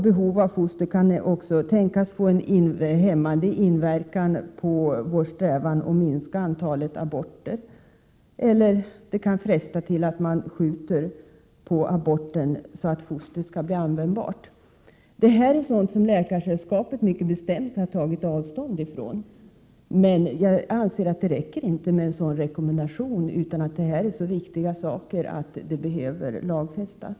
Behov av foster kan också tänkas få en hämmande inverkan på vår strävan att minska antalet aborter, eller det kan fresta till att man skjuter på aborten så att fostret skall bli användbart. Det här är sådant som Läkarsällskapet mycket bestämt har tagit avstånd ifrån, men jag anser att det inte räcker med en sådan rekommendation, utan att detta är så viktiga saker att de behöver lagfästas.